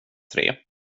tre